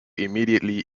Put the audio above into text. immediately